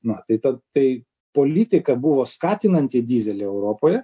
na tai ta tai politika buvo skatinanti dyzelį europoje